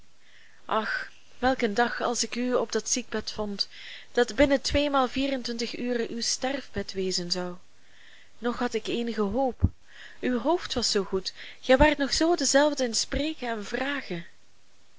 ach welk een dag als ik u op dat ziekbed vond dat binnen tweemaal vierentwintig uren uw sterfbed wezen zou nog had ik eenige hoop uw hoofd was zoo goed gij waart nog zoo dezelfde in spreken en vragen